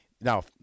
Now